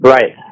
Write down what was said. Right